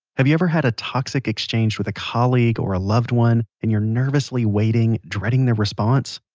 have you ever had a toxic exchange with a colleague, or a loved one, and you're nervously waiting, dreading their response?